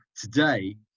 today